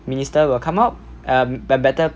minister will come up um be~ better